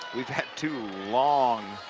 we've had two long